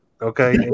okay